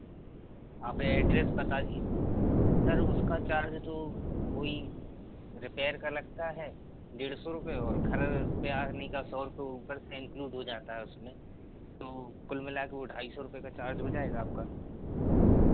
आप एड्रैस बता दीज़िये सर उसका चार्ज़ तो वो ही रिपेयर का लगता है डेढ़ सौ रुपये और घर पर आने का सौ रुपये ऊपर से इन्क्लूड हो जाता है उसमें तो कुल मिल के वो ढाई सौ रुपये का चार्ज हो जाएगा आपका